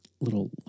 little